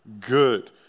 good